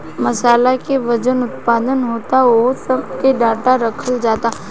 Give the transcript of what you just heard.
मासाला के जवन उत्पादन होता ओह सब के डाटा रखल जाता